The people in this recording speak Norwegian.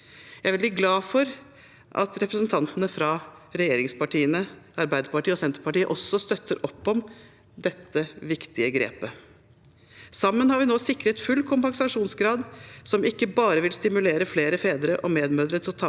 Jeg er veldig glad for at representantene fra regjeringspartiene Arbeiderpartiet og Senterpartiet også støtter opp om dette viktige grepet. Sammen har vi nå sikret full kompensasjonsgrad, som ikke bare vil stimulere flere fedre og medmødre til